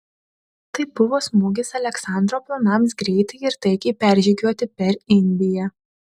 tai buvo smūgis aleksandro planams greitai ir taikiai peržygiuoti per indiją